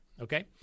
Okay